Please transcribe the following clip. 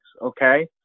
okay